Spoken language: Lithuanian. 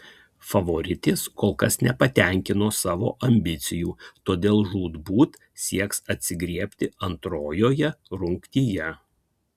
favoritės kol kas nepatenkino savo ambicijų todėl žūtbūt sieks atsigriebti antrojoje rungtyje